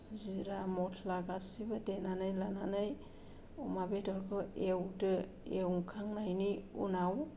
जिरा मसला गासैबो देनानै लानानै अमा बेदरखौ एवदो एवखांनायनि उनाव